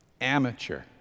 Amateur